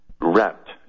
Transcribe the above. wrapped